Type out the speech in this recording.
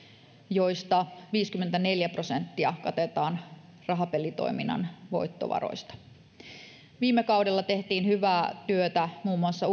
josta viisikymmentäneljä prosenttia katetaan rahapelitoiminnan voittovaroista viime kaudella tehtiin hyvää työtä muun muassa